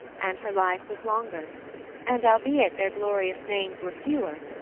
and her life was longer and albeit their glorious names were fewer,